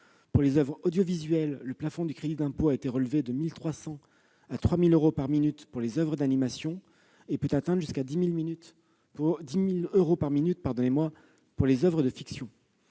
Pour les oeuvres audiovisuelles, le plafond du crédit d'impôt a été relevé de 1 300 à 3 000 euros par minute pour les oeuvres d'animation et peut atteindre 10 000 euros par minute pour les oeuvres de fiction.